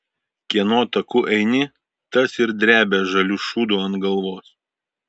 kieno taku eini tas ir drebia žaliu šūdu ant galvos